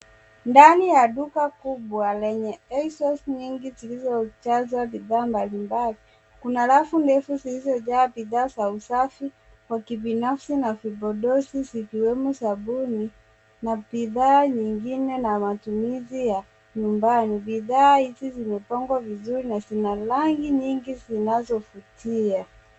Ndani ya duka kubwa lenye aisles nyingi zilizojazwa bidhaa mbalimbali. Kuna rafu ndefu zilizojaa bidhaa za usafi wa kibinafsi na vipodozi zikiwemo sabuni na bidhaa zingine za matumizi ya nyumbani. Bidhaa hizi zina rangi nyingi zinazovutia.